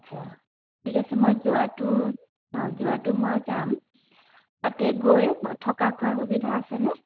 আচ্ছা ঠিক আছে মই যোৱাটো অঁ যোৱাটো মই যাম তাতে গৈ থকা খোৱাৰ সুবিধা আছেনে